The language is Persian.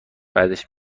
بعدش